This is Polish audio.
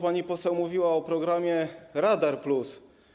Pani poseł mówiła o programie radar+.